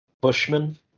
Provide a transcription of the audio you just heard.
Bushman